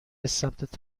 ثبت